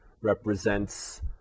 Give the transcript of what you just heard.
represents